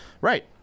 Right